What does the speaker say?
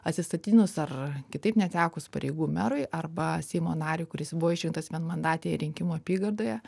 atsistatydinus ar kitaip netekus pareigų merui arba seimo nariui kuris buvo išrinktas vienmandatėje rinkimų apygardoje